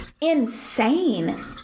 insane